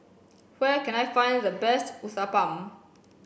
where can I find the best Uthapam